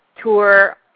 tour